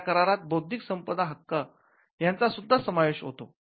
या करारात बौद्धिक संपदा हक्क यांचा सुद्धा समावेश होतो